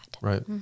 right